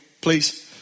Please